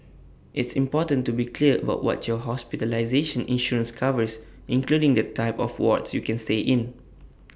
it's important to be clear about what your hospitalization insurance covers including the type of wards you can stay in